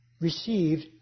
received